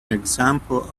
example